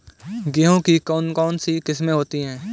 गेहूँ की कौन कौनसी किस्में होती है?